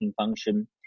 function